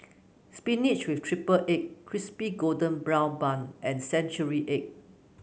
spinach with triple egg Crispy Golden Brown Bun and Century Egg